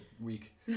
week